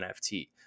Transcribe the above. nft